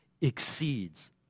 exceeds